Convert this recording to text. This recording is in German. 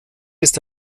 ist